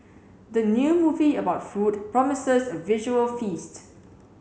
the new movie about food promises a visual feast